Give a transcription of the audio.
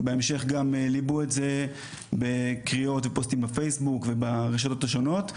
ובהמשך גם ליבו את זה בקריאות ופוסטים בפייסבוק וברשתות השונות,